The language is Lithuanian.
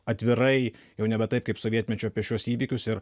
atvirai jau nebe taip kaip sovietmečiu apie šiuos įvykius ir